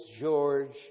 George